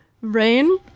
Rain